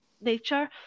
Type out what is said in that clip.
nature